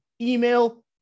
email